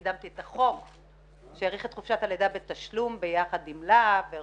קידמתי את החוק שהאריך את חופשת הלידה בתשלום יחד עם לה"ב ועם